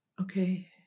Okay